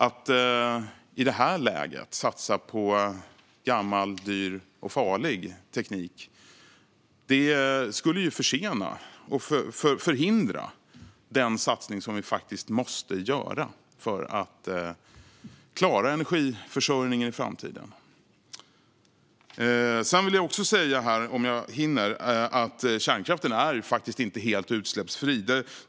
Att i det här läget satsa på gammal, dyr och farlig teknik skulle försena och förhindra den satsning som vi faktiskt måste göra för att klara energiförsörjningen i framtiden. Om jag hinner vill jag också säga att kärnkraften faktiskt inte är helt utsläppsfri.